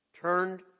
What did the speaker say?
Turned